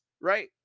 right